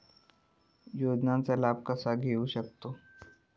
योजनांचा लाभ कसा घेऊ शकतू?